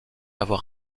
avoir